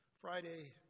Friday